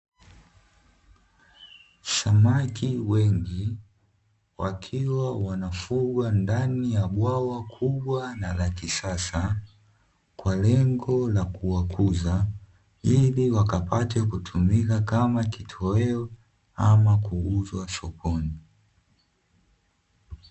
Samaki wengi, wakiwa wanafugwa ndani ya bwawa kubwa na la kisasa, kwa lengo la kuwakuza, ili wakapate kutumika kama kitoweo ama kuuzwa sokoni.